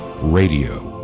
Radio